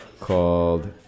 called